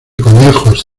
conejos